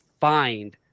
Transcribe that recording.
find